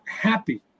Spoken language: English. happy